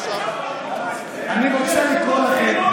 אני רוצה לקרוא לכם,